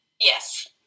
Yes